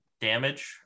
damage